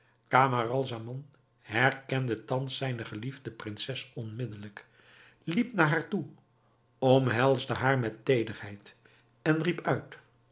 camaralzaman herkende thans zijne geliefde prinses onmiddelijk liep naar haar toe omhelsde haar met teederheid en riep uit